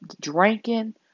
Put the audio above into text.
drinking